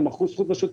הם בחוץ.